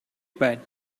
байна